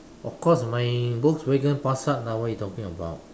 of course my Volkswagen Passat lah what you talking about